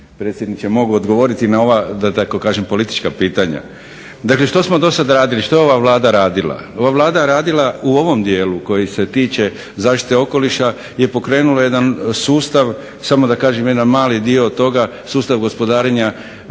predsjedniče mogu odgovoriti na ova da tako kažem politička pitanja. Dakle što smo dosad radili, što je ova Vlada radila. Ova Vlada je radila u ovom dijelu koji se tiče zaštite okoliša je pokrenula jedan sustav, samo da kažem jedan mali dio toga, sustav gospodarenja